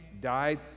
died